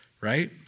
Right